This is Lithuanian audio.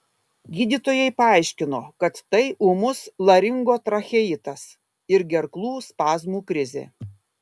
gydytojai paaiškino kad tai ūmus laringotracheitas ir gerklų spazmų krizė